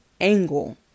angle